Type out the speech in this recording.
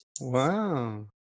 Wow